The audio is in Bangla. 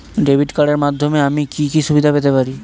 ডেবিট কার্ডের মাধ্যমে আমি কি কি সুবিধা পেতে পারি?